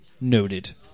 Noted